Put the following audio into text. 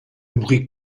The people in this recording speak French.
bruit